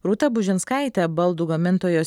rūta bužinskaitė baldų gamintojos